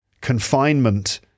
Confinement